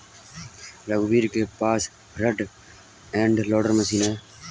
रघुवीर के पास फ्रंट एंड लोडर मशीन है